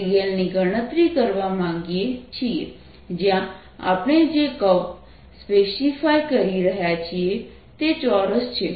dl ની ગણતરી કરવા માંગીએ છીએ જ્યાં આપણે જે કર્વ સ્પેસિફાય કરી રહ્યા છીએ તે ચોરસ છે